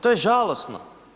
To je žalosno.